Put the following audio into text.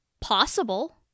possible